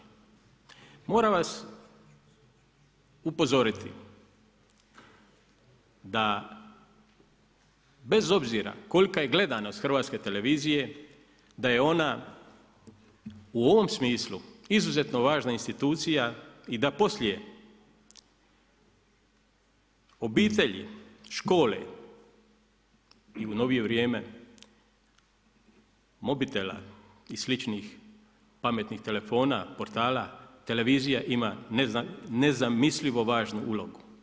Moram vas upozoriti da bez obzira kolika je gledanost Hrvatske televizije da je ona u ovom smislu izuzetno važna institucija i da poslije obitelji, škole i u novije vrijeme mobitela i sličnih pametnih telefona, portala, televizija ima nezamislivo važnu ulogu.